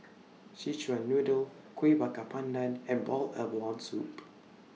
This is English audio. Szechuan Noodle Kuih Bakar Pandan and boiled abalone Soup